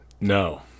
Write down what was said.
No